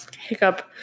hiccup